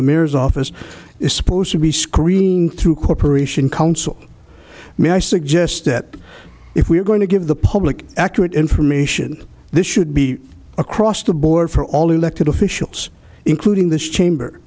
the mirrors office is supposed to be screened through cooperation council may i suggest that if we are going to give the public accurate information this should be across the board for all elected officials including this chamber